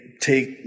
take